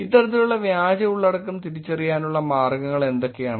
ഇത്തരത്തിലുള്ള വ്യാജ ഉള്ളടക്കം തിരിച്ചറിയാനുള്ള മാർഗ്ഗങ്ങൾ എന്തൊക്കെയാണ്